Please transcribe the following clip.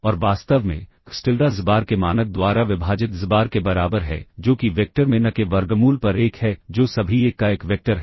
और वास्तव में xTilda xbar के मानक द्वारा विभाजित xbar के बराबर है जो कि वेक्टर में n के वर्गमूल पर 1 है जो सभी 1 का एक वेक्टर है